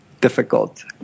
difficult